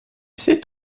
sait